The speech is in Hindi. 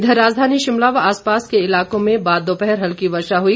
इघर राजधानी शिमला व आस पास के इलाकों में बाद दोपहर हल्की वर्षा हुई